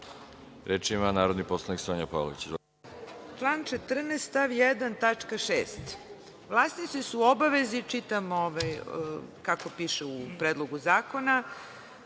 reč? Reč ima narodni poslanik Sonja Pavlović.